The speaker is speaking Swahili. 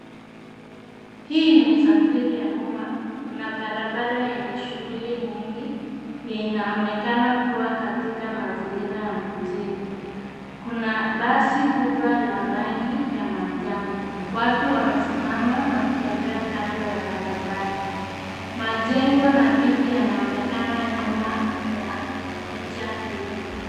Hii ni usafiri ya umma. Kuna barabara yenye shughuli nyingi yenye inaonekana kuwa katika mazingira ya mjini. Kuna basi kubwa la rangi ya manjano. Watu wamesima na kutembea kando ya barabara. Majengo na miti yanaonekana nyuma ya picha hii.